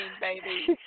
baby